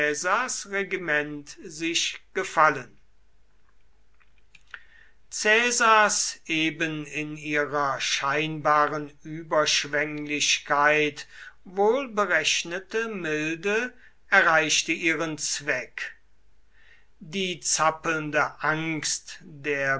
caesars eben in ihrer scheinbaren